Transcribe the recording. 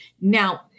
Now